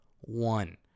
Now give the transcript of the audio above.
one